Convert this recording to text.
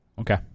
Okay